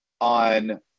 on